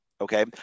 okay